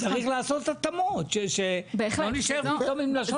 צריך לעשות התאמות, כדי שלא נישאר עם הלשון בחוץ.